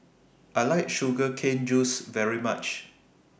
I like Sugar Cane Juice very much